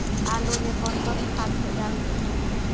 आलू में कौन कौन खाद डालते हैं?